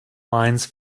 lines